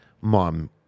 mom